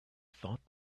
thought